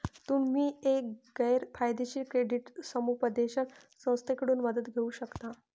तुम्ही एक गैर फायदेशीर क्रेडिट समुपदेशन संस्थेकडून मदत घेऊ शकता